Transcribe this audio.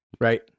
right